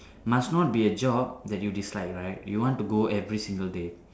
must not be a job that you dislike right you want to go every single day